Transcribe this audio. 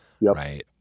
right